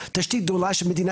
או ג'.